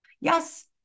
Yes